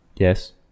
Yes